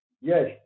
Yes